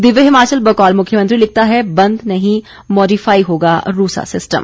दिव्य हिमाचल बकौल मुख्यमंत्री लिखता है बंद नहीं मोडिफाई होगा रूसा सिस्टम